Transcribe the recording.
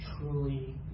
truly